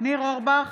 ניר אורבך,